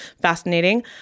Fascinating